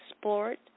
sport